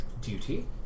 duty